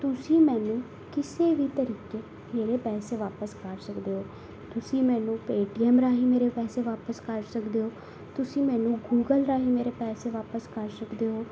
ਤੁਸੀਂ ਮੈਨੂੰ ਕਿਸੇ ਵੀ ਤਰੀਕੇ ਮੇਰੇ ਪੈਸੇ ਵਾਪਸ ਕਰ ਸਕਦੇ ਹੋ ਤੁਸੀਂ ਮੈਨੂੰ ਪੇਅਟੀਐੱਮ ਰਾਹੀਂ ਮੇਰੇ ਪੈਸੇ ਵਾਪਸ ਕਰ ਸਕਦੇ ਹੋ ਤੁਸੀਂ ਮੈਨੂੰ ਗੂਗਲ ਰਾਹੀਂ ਮੇਰੇ ਪੈਸੇ ਵਾਪਸ ਕਰ ਸਕਦੇ ਹੋ